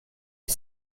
est